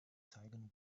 zeigen